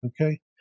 okay